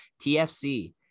TFC